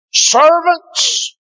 Servants